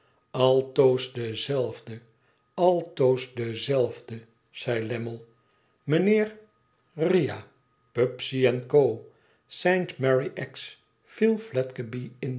altoos dezelfde altoos dezelfde zei lammie i mijnheer riah pubsey en co saint mary